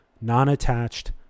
non-attached